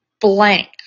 blank